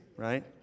right